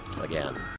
again